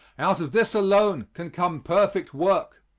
out of this alone can come perfect work.